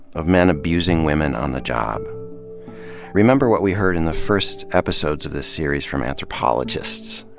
of men abusing women on the job remember what we heard in the first episodes of this series, from anthropologists,